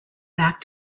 back